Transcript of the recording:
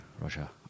Russia